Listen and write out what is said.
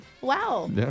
Wow